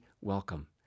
welcome